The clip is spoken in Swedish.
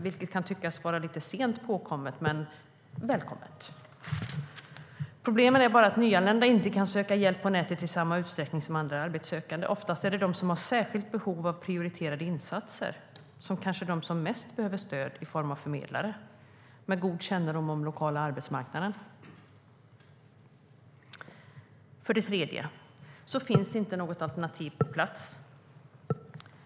Det kan tyckas vara lite sent påkommet, men det är välkommet. Problemet är bara att nyanlända inte kan söka hjälp på nätet i samma utsträckning som andra arbetssökande. Oftast är det de som har särskilt behov av prioriterade insatser och som mest behöver stöd i form av förmedlare med god kännedom om den lokala arbetsmarknaden. För det tredje finns det inte något alternativ på plats.